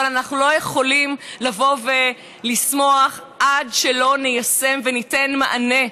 אבל אנחנו לא יכולים לבוא ולשמוח עד שלא ניישם וניתן מענה,